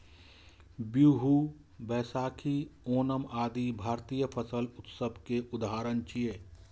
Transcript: बीहू, बैशाखी, ओणम आदि भारतीय फसल उत्सव के उदाहरण छियै